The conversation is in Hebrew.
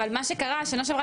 אבל מה שקרה שנה שעברה,